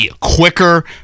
quicker